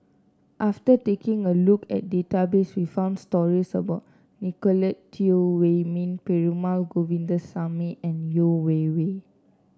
after taking a look at database we found stories about Nicolette Teo Wei Min Perumal Govindaswamy and Yeo Wei Wei